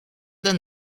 than